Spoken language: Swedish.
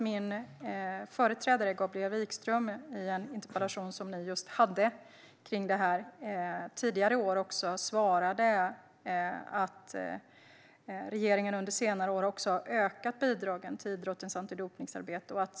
Min företrädare Gabriel Wikström svarade på en interpellation tidigare i år att regeringen under senare år har ökat bidragen till idrottens antidopningsarbete.